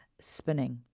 spinning